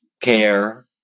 care